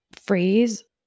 phrase